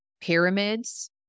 pyramids